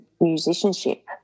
musicianship